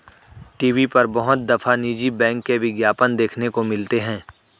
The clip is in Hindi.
टी.वी पर बहुत दफा निजी बैंक के विज्ञापन देखने को मिलते हैं